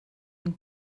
ein